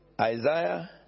Isaiah